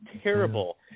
terrible